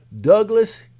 Douglas